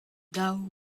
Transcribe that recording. daou